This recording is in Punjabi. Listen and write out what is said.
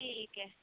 ਠੀਕ ਹੈ